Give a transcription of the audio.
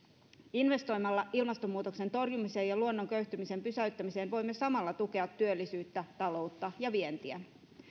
investoimalla ilmastonmuutoksen torjumiseen ja luonnon köyhtymisen pysäyttämiseen voimme samalla tukea työllisyyttä taloutta ja vientiä